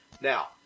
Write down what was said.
Now